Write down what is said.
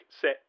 set